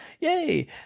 yay